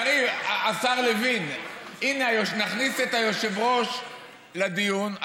יריב, השר לוין, הינה, נכניס את היושב-ראש לדיון.